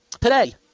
Today